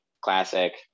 classic